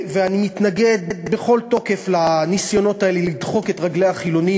ואני מתנגד בכל תוקף לניסיונות האלה לדחוק את רגלי החילונים